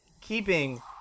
keeping